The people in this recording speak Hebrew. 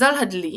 מזל הדלי,